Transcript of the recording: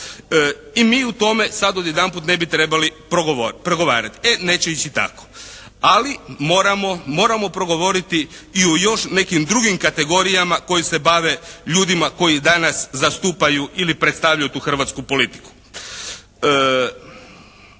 I mi u tome sad odjedanput ne bi trebali progovarati. E neće ići tako. Ali moramo, moramo progovoriti i u još nekim drugim kategorijama koje se bave ljudima koji danas zastupaju ili predstavljaju tu hrvatsku politiku.